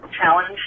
Challenge